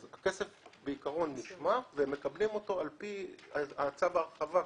אז הכסף בעיקרון נשמר והם מקבלים אותו על פי צו ההרחבה.